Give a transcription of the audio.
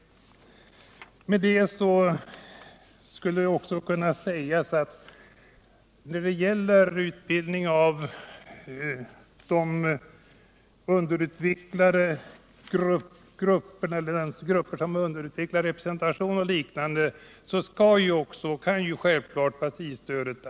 Partistödet skall således självfallet kunna användas bl.a. för utbildning av grupper med underrepresentation i kommuner och landsting.